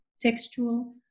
textual